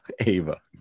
Ava